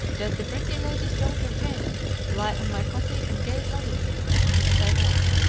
does the pretty lady's daughter jane lie on my copy and gaze lovingly at me as i work.